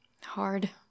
Hard